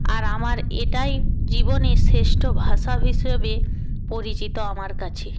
আর আমার এটাই জীবনের শ্রেষ্ঠ ভাষা হিসেবে পরিচিত আমার কাছে